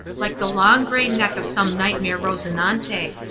like the long, grey neck of some nightmare rosinante.